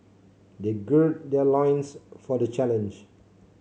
they gird their loins for the challenge